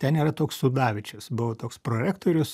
ten yra toks sudavičius buvo toks prorektorius